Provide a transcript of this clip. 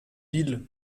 ville